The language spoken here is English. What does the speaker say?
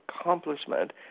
accomplishment